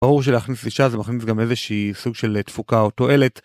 ברור שלהכניס אישה זה מכניס גם איזה שהיא סוג של תפוקה או תועלת